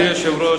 אדוני היושב-ראש,